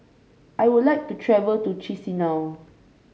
I would like to travel to Chisinau